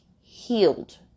healed